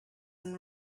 and